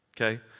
Okay